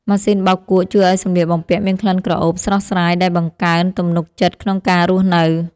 ម៉ាស៊ីនបោកគក់ជួយឱ្យសម្លៀកបំពាក់មានក្លិនក្រអូបស្រស់ស្រាយដែលបង្កើនទំនុកចិត្តក្នុងការរស់នៅ។